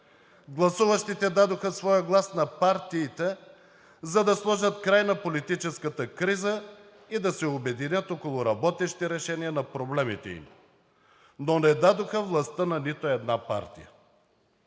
Гласуващите дадоха своя глас на партиите, за да сложат край на политическата криза и да се обединят около работещи решения на проблемите им, но не дадоха властта на нито една партия.